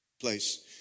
place